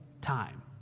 time